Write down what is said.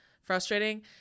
frustrating